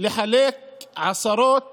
לחלק עשרות